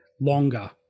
Longer